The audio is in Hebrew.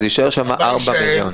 אז יישארו שם 4 מיליון.